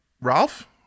Ralph